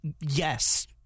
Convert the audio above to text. Yes